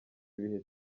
ibihe